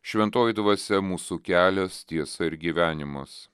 šventoji dvasia mūsų kelias tiesa ir gyvenimas